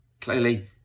Clearly